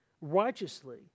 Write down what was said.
righteously